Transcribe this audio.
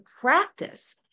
practice